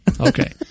Okay